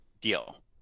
deal